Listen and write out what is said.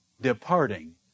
departing